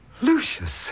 Lucius